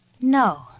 No